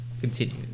continue